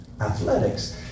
Athletics